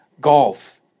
golf